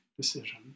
decision